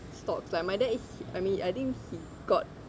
stocks like my dad is I mean I think he got